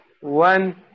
one